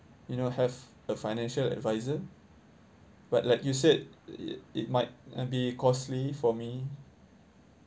you know have a financial advisor but like you said it it might uh be costly for me